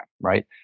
Right